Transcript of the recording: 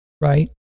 right